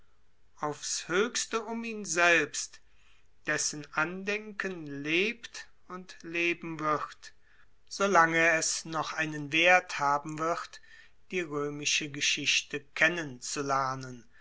auf's höchste um ihn selbst dessen andenken lebt und leben wird so lange es noch einen werth haben wird die römische geschichte